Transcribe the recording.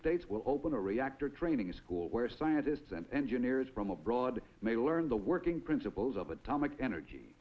states will open a reactor training school where scientists and engineers from abroad may learn the working principles of atomic energy